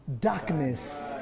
darkness